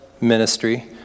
ministry